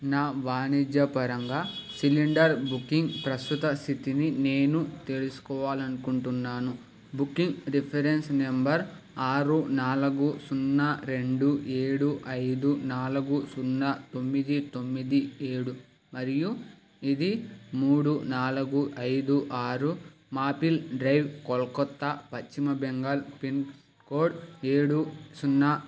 నా వాణిజ్యపరంగా cylinder booking ప్రస్తుత స్థితిని నేను తెలుసుకోవాలనుకుంటున్నాను బుకింగ్ రిఫరెన్స్ నంబర్ ఆరు నాలుగు సున్నా రెండు ఏడు ఐదు నాలుగు సున్నా తొమ్మిది తొమ్మిది ఏడు మరియు ఇది మూడు నాలుగు ఐదు ఆరు మాపిల్ డ్రైవ్ కోల్కతా పశ్చిమ బెంగాల్ పిన్కోడ్ ఏడు సున్నా